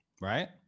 right